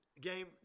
game